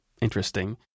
interesting